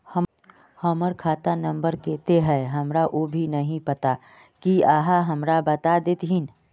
हमर खाता नम्बर केते है हमरा वो भी नहीं पता की आहाँ हमरा बता देतहिन?